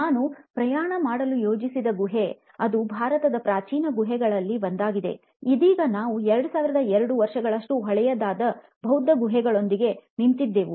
ನಾನು ಪ್ರವಾಸ ಮಾಡಲು ಯೋಜಿಸಿದ ಗುಹೆ ಅದು ಭಾರತದ ಪ್ರಾಚೀನ ಗುಹೆಗಳಲ್ಲಿ ಒಂದಾಗಿದೆ ಇದೀಗ ನಾವು 2200 ವರ್ಷಗಳಷ್ಟು ಹಳೆಯದಾದ ಬೌದ್ಧ ಗುಹೆಯೊಂದರಲ್ಲಿ ನಿಂತಿದ್ದೇವೆ